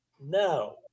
No